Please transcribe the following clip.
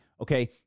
Okay